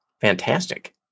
Fantastic